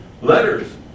Letters